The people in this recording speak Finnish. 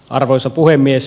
arvoisa puhemies